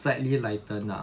slightly lighten lah